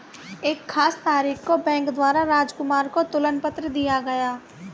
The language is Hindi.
एक खास तारीख को बैंक द्वारा राजकुमार को तुलन पत्र दिया गया